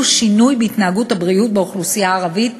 שינוי בהתנהגות הבריאות באוכלוסייה הערבית,